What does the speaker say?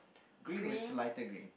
green with slighter green